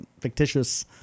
fictitious